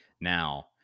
now